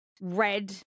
red